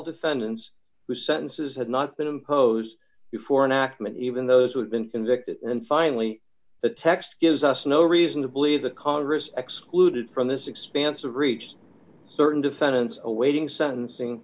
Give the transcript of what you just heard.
defendants the sentences had not been imposed before an act meant even those who had been convicted and finally the text gives us no reason to believe that congress excluded from this expansive reached certain defendants awaiting sentencing